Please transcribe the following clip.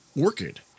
Orchid